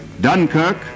Dunkirk